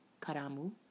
karamu